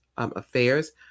Affairs